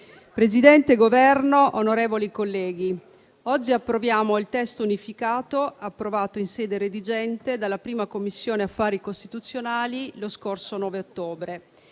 del Governo, onorevoli colleghi, oggi approviamo il testo unificato, approvato in sede redigente dalla 1a Commissione affari costituzionali lo scorso 9 ottobre.